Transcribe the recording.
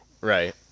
right